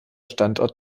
standort